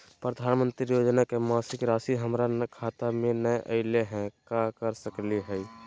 प्रधानमंत्री योजना के मासिक रासि हमरा खाता में नई आइलई हई, का कर सकली हई?